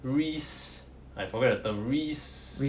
risk I forget the term risk risk and reward